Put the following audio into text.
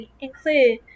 include